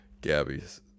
Gabby's